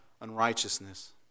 unrighteousness